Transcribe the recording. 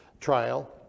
trial